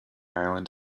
island